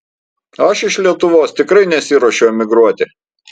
aš iš lietuvos tikrai nesiruošiu emigruoti